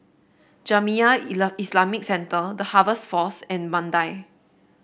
Jamiyah Ila Islamic Center The Harvest Force and Mandai